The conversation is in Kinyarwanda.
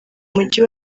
mujyi